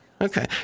Okay